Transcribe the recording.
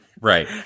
Right